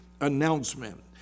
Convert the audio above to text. announcement